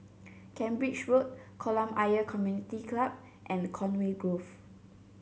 Cambridge Road Kolam Ayer Community Club and Conway Grove